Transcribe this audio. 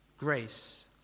grace